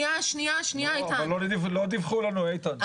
אבל לא דיווחו לנו, איתן.